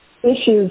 issues